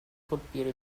colpire